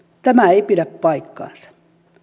tämä ei pidä paikkaansa